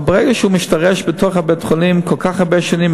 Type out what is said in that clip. אבל ברגע שהוא משתרש בתוך בית-החולים כל כך הרבה שנים,